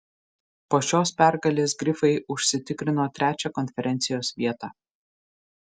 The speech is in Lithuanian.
po šios pergalės grifai užsitikrino trečią konferencijos vietą